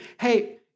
hey